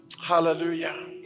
Hallelujah